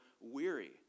weary